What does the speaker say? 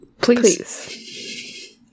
Please